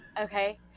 Okay